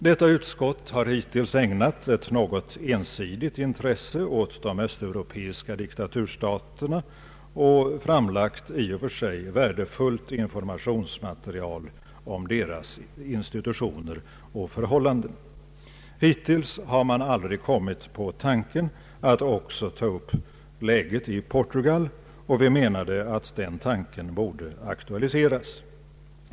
Detta utskott har hittills ägnat ett något ensidigt intresse åt de östeuropeiska diktaturstaterna och framlagt ett i och för sig värdefullt informationsmaterial om deras institutioner och förhållanden. Hittills har man aldrig kommit på tanken att också ta upp läget i Portugal, och vi menade att den tanken borde aktualiseras.